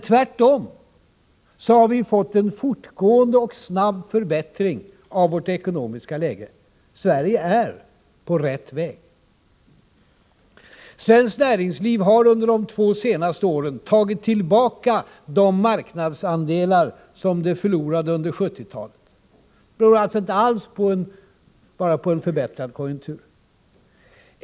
Tvärtom har vi fått en fortgående och snabb förbättring av vårt ekonomiska läge. Sverige är på rätt väg. Svenskt näringsliv har under de två senaste åren tagit tillbaka de marknadsandelar som det förlorade under 1970-talet. Det beror inte alls bara på en förbättrad konjunktur.